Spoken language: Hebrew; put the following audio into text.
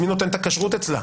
מי נותן את הכשרות אצלה?